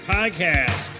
Podcast